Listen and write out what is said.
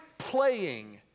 playing